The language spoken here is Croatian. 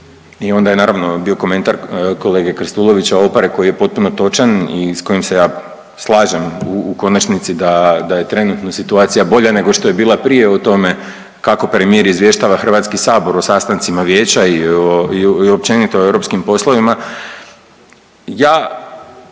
i onda je naravno bio komentar kolege Krstulovića Opare koji je potpuno točan i s kojim se ja slažem u konačnici da je trenutno situacija bolja nego što je bila prije o tome kako premijer izvještava Hrvatski sabor o sastancima vijeća i općenito o europskim poslovima.